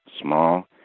small